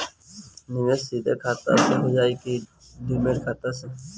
निवेश सीधे खाता से होजाई कि डिमेट खाता से?